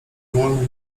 wolny